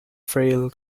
frail